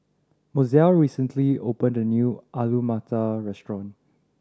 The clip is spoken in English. Mozelle recently opened a new Alu Matar Restaurant